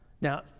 Now